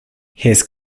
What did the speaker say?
his